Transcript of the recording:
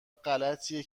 غلطیه